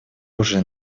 уже